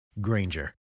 Granger